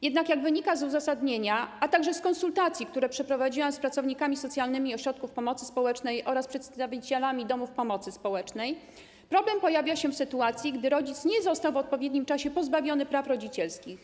Jednak jak wynika z uzasadnienia, a także z konsultacji, które przeprowadziłam z pracownikami socjalnymi ośrodków pomocy społecznej oraz przedstawicielami domów pomocy społecznej, problem pojawia się w sytuacji, gdy rodzic nie został w odpowiednim czasie pozbawiony praw rodzicielskich.